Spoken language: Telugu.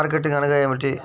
మార్కెటింగ్ అనగానేమి?